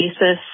basis